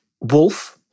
Wolf